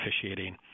officiating